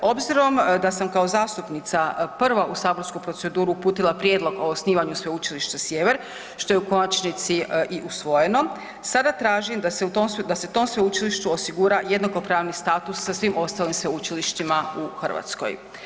Obzirom da sam kao zastupnica prva u saborsku proceduru uputila prijedlog o osnivanju Sveučilišta Sjever što je u konačnici i usvojeno sada tražim da se u tom, da se tom sveučilištu osigura jednakopravni status sa svim ostalim sveučilištima u Hrvatskoj.